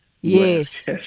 Yes